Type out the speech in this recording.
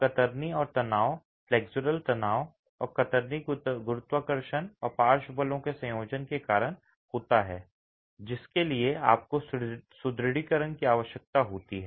तो कतरनी और तनाव फ्लेक्सुरल तनाव और कतरनी गुरुत्वाकर्षण और पार्श्व बलों के संयोजन के कारण होता है जिसके लिए आपको सुदृढीकरण की आवश्यकता होती है